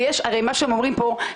הרי מה שהם אומרים פה,